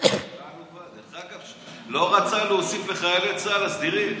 דרך אגב, לא רצה להוסיף לחיילי צה"ל הסדירים.